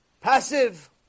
passive